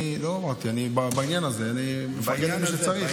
אני לא אמרתי, בעניין הזה אני מפרגן למי שצריך.